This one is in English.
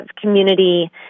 community